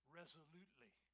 resolutely